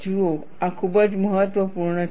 જુઓ આ ખૂબ જ મહત્વપૂર્ણ છે